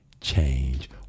change